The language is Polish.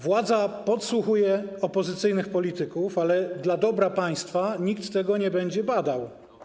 Władza podsłuchuje opozycyjnych polityków, ale dla dobra państwa nikt tego nie będzie badał.